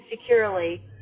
securely